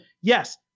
yes